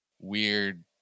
weird